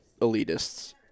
elitists